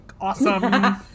Awesome